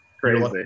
Crazy